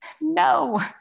No